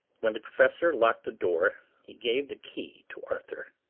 when the professor locked the door he gave the key to arthur.